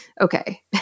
Okay